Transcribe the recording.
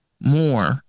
more